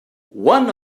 one